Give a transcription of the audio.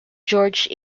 george